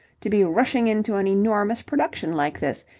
to be rushing into an enormous production like this.